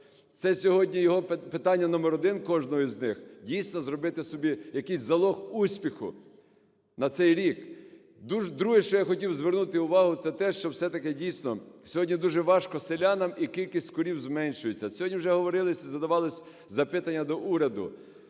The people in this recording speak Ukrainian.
це сьогодні його питання номер один, кожного з них, дійсно зробити собі якийсь залог успіху на цей рік. Друге, що я хотів звернути увагу, це те, що все-таки дійсно сьогодні дуже важко селянами і кількість корів зменшується. Сьогодні вже говорилось і задавались запитання до уряду.